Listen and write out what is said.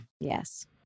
Yes